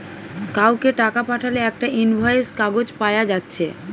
কাউকে টাকা পাঠালে একটা ইনভয়েস কাগজ পায়া যাচ্ছে